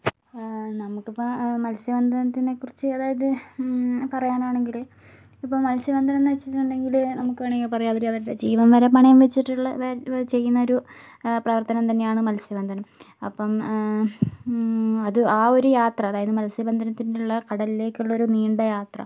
നമുക്കിപ്പം മത്സ്യബന്ധനത്തിനെ കുറിച്ച് അതായത് പറയാനാണെങ്കിൽ ഇപ്പം മത്സ്യബന്ധനമെന്ന് വച്ചിട്ടുണ്ടെങ്കിൽ നമുക്ക് വേണമെങ്കിൽ പറയാം അവരുടെ ജീവൻ വരെ പണയം വച്ചിട്ടുള്ള അതായത് ചെയ്യുന്ന ഒരു പ്രവർത്തനം തന്നെയാണ് മത്സ്യബന്ധനം അപ്പം അത് ആ ഒരു യാത്ര മത്സ്യബന്ധനത്തിന് കടലിലേക്കുള്ള ഒരു നീണ്ട യാത്ര